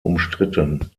umstritten